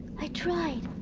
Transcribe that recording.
i tried.